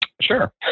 Sure